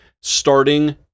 starting